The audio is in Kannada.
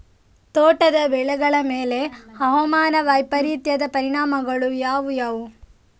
ತೋಟದ ಬೆಳೆಗಳ ಮೇಲೆ ಹವಾಮಾನ ವೈಪರೀತ್ಯದ ಪರಿಣಾಮಗಳು ಯಾವುವು?